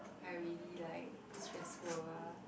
are really like stressful over